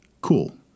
Cool